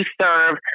serve